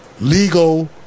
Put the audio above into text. legal